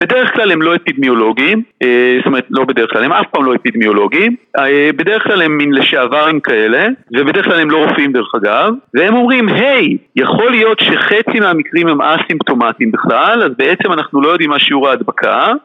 בדרך כלל הם לא אפידמיולוגים, זאת אומרת, לא בדרך כלל, הם אף פעם לא אפידמיולוגים בדרך כלל הם מין לשעברחם כאלה ובדרך כלל הם לא רופאים דרך אגב והם אומרים, היי, יכול להיות שחצי מהמקרים הם אסימפטומטיים בכלל אז בעצם אנחנו לא יודעים מה שיעור ההדבקה